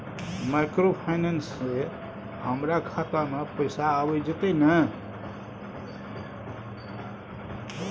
Microfinance से हमारा खाता में पैसा आबय जेतै न?